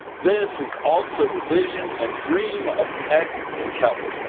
this is also the vision and dream of ed kelley,